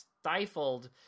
stifled